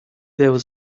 that